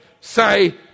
Say